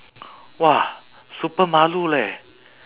!wah! super malu leh